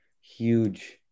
huge